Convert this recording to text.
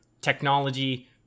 technology